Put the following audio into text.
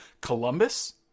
Columbus